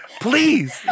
Please